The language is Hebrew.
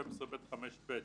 12(ב)(5)(ב),